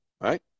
right